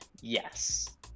Yes